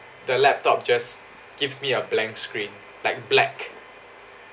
the laptop just gives me a blank screen like black